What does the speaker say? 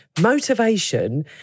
motivation